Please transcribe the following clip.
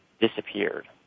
disappeared